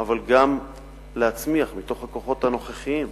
אבל גם להצמיח בתוך הכוחות הנוכחיים,